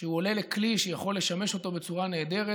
שהוא עולה לכלי שיכול לשמש אותו בצורה נהדרת,